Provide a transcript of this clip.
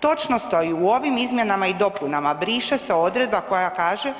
Točnost a i u ovim izmjenama i dopunama briše se odredba koja kaže